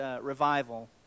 revival